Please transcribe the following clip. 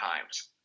times